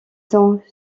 sont